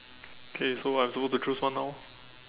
okay so what I'm suppose to choose one now